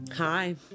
Hi